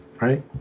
right